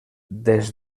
des